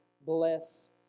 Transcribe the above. bless